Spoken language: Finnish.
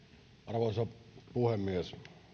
arvoisa puhemies